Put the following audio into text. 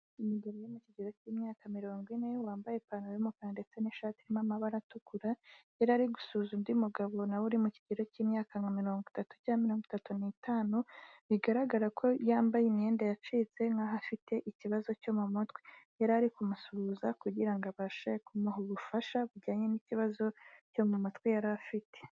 N'umugabo uri mu kigero k'imyaka mirongo ine wambaye ipantaro y'umukara ndetse n'ishati irimo amabara atukura, yari ari gusuhuza undi mugabo nawe uri mu kigero k'imyaka nka mirongo itatu cyangwa mirongo itatu n'itanu, bigaragara ko yambaye imyenda yacitse nk'aho afite ikibazo cyo mu mutwe, yari ari ku musuhuza kugira ngo abashe kumuha ubufasha bujyanye n'ikibazo cyo mu matwi yari afite.